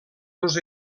dos